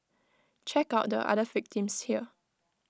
check out the other victims here